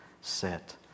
set